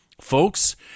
folks